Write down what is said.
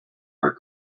our